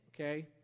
okay